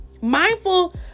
mindful